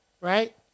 Right